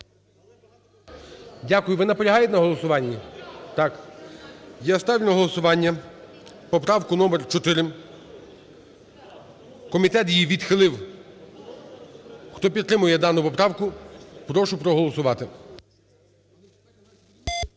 Дякую. Ви наполягаєте на голосуванні? Так. Я ставлю на голосування поправку номер 4, комітет її відхилив. Хто підтримує дану поправку, прошу проголосувати.